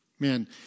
Man